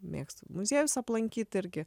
mėgstu muziejus aplankyt irgi